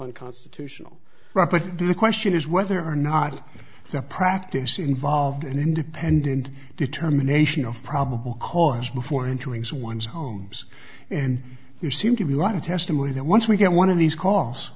a constitutional right but the question is whether or not the practice involved an independent determination of probable cause before entering someone's homes and you seem to be a lot of testimony that once we get one of these cost